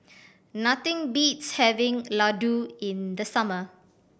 nothing beats having laddu in the summer